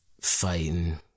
fighting